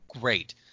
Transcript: Great